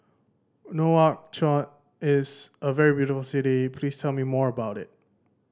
Nouakchott is a very beautiful city please tell me more about it